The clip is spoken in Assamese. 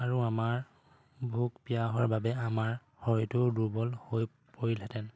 আৰু আমাৰ ভোক পিয়াহৰ বাবে আমাৰ শৰীৰটোও দুৰ্বল হৈ পৰিলহেঁতেন